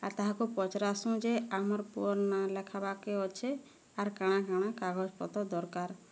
ଆର୍ ତାହାକୁ ପଚାରାସୁଁ ଯେ ଆମର୍ ପୁଅର୍ ନାଁ ଲେଖବାକେ ଅଛେ ଆର୍ କା'ଣା କା'ଣା କାଗଜପତ୍ର ଦରକାର